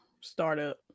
startup